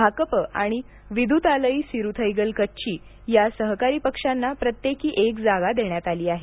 भाकप आणि विदुतालई सिरूथैगल कच्ची या सहकारी पक्षांना प्रत्येकी एक जागा देण्यात आली आहे